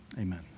Amen